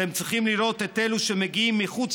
אתם צריכים לראות את אלו שמגיעים מחוץ